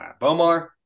Bomar